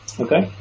Okay